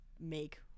make